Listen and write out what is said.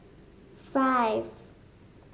five